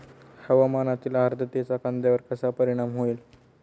हवामानातील आर्द्रतेचा कांद्यावर कसा परिणाम होईल?